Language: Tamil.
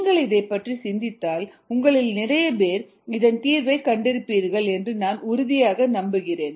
நீங்கள் இதைப் பற்றி சிந்தித்தால் உங்களில் நிறைய பேர் இதன் தீர்வை கண்டிருப்பீர்கள் என்று நான் உறுதியாக நம்புகிறேன்